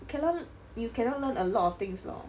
you can learn you cannot learn a lot of things lor